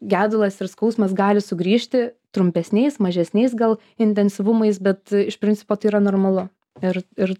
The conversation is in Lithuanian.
gedulas ir skausmas gali sugrįžti trumpesniais mažesniais gal intensyvumais bet iš principo tai yra normalu ir ir